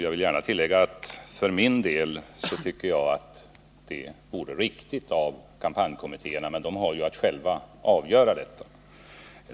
Jag vill gärna tillägga att jag för min del tycker det vore riktigt om kampanjkommittéerna gjorde det, men de har ju att själva avgöra.